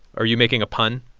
are you making a pun?